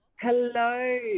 Hello